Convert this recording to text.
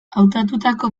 hautatutako